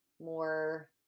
more